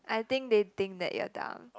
I think they think that you're dumb